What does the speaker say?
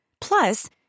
Plus